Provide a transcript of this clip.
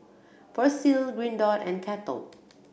Persil Green Dot and Kettle